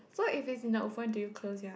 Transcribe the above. so if it's in the open do you close your eyes